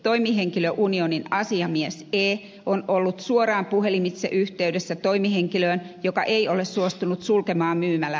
toimihenkilöunionin asiamies e on ollut suoraan puhelimitse yhteydessä toimihenkilöön joka ei ole suostunut sulkemaan myymälää